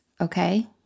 okay